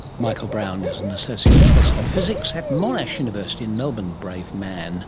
michael brown is an associate professor in physics at monash university in melbourne. brave man